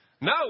No